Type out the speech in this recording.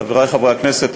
חברי חברי הכנסת,